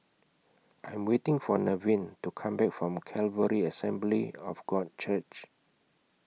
I Am waiting For Nevin to Come Back from Calvary Assembly of God Church